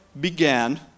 began